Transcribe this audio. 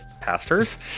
pastors